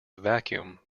vacuum